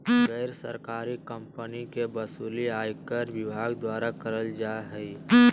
गैर सरकारी कम्पनी के वसूली आयकर विभाग द्वारा करल जा हय